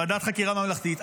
ועדת חקירה ממלכתית.